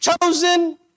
chosen